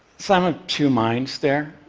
so, i'm of two minds there.